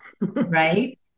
Right